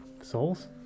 souls